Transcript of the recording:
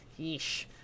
yeesh